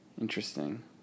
Interesting